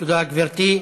תודה, גברתי.